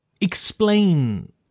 explain